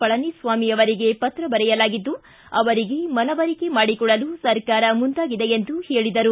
ಪಳನಿಸ್ವಾಮಿ ಅವರಿಗೆ ಪತ್ರ ಬರೆಯಲಾಗಿದ್ದು ಅವರಿಗೆ ಮನವರಿಕೆ ಮಾಡಿಕೊಡಲು ಸರ್ಕಾರ ಮುಂದಾಗಿದೆ ಎಂದು ಹೇಳಿದರು